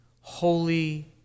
holy